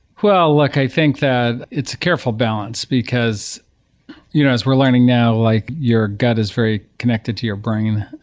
well, look. i think that it's a careful balance, because you know as we're learning now like your gut is very connected to your brain.